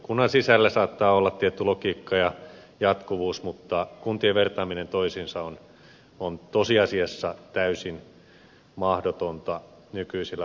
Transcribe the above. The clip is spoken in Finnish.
kunnan sisällä saattaa olla tietty logiikka ja jatkuvuus mutta kuntien vertaaminen toisiinsa on tosiasiassa täysin mahdotonta nykyisillä arvostuksilla